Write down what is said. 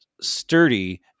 sturdy